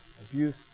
abuse